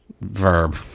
verb